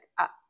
up